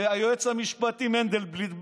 היועץ המשפטי מנדלבליט,